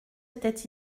étaient